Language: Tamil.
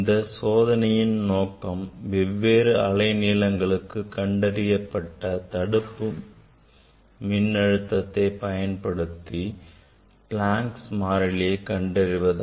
இந்த சோதனையின் நோக்கம் வெவ்வேறு அலைநீளங்களுக்கு கண்டறியப்பட்ட தடுப்பு மின்னழுத்தத்தை பயன்படுத்தி Planks மாறிலியை கண்டறிவது